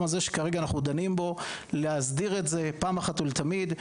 שאנחנו דנים פה להסדיר את זה פעם אחת ולתמיד.